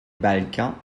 balkans